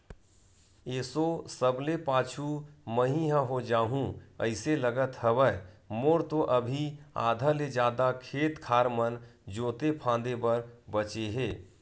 एसो सबले पाछू मही ह हो जाहूँ अइसे लगत हवय, मोर तो अभी आधा ले जादा खेत खार मन जोंते फांदे बर बचें हे